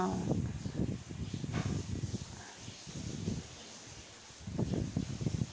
oh